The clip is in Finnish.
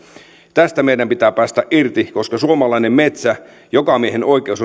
tästä meidän pitää päästä irti koska suomalainen metsä jokamiehenoikeus